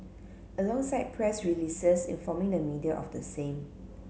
alongside press releases informing the media of the same